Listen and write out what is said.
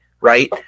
right